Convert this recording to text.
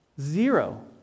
zero